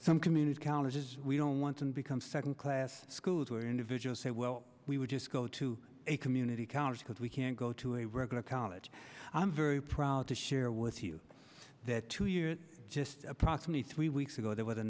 some community colleges we don't want to become second class schools where individual say well we would just go to a community college because we can't go to a regular college i'm very proud to share with you that two years just approximately three weeks ago there w